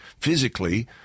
physically